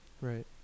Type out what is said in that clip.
Right